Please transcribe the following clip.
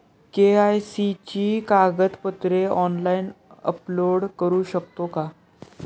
KYC ची कागदपत्रे online upload करू शकतो का?